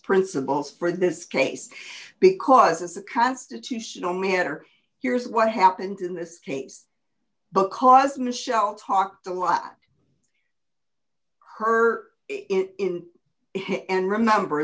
principles for this case because it's a constitutional matter here's what happened in this case because michelle talked a lot her in the end remember